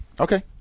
Okay